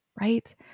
right